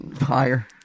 Higher